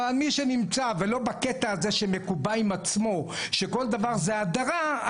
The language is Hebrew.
מי שנמצא ולא בקטע הזה שמקובע עם עצמו שכל דבר זה הדרה,